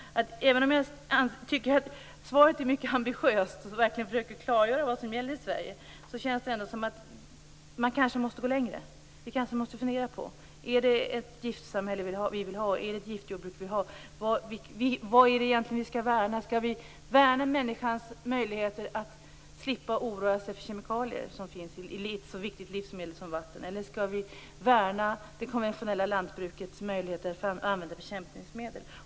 Även om jag tycker att svaret är mycket ambitiöst och verkligen försöker klargöra vad som gäller i Sverige, känns det ändå som om man kanske måste gå längre. Vi kanske måste fundera på om det är ett giftsamhälle vi vill ha. Är det ett giftjordbruk vi vill ha? Vad är det egentligen vi skall värna? Skall vi värna människans möjligheter att slippa oroa sig för kemikalier som finns i ett så viktigt livsmedel som vatten? Eller skall vi värna det konventionella lantbrukets möjligheter att få använda bekämpningsmedel?